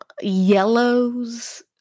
yellows